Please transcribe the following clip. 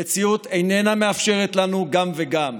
המציאות איננה מאפשרת לנו גם וגם: